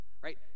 Right